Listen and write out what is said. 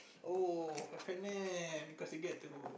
oh F-and-N cause you get to